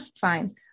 Fine